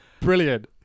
Brilliant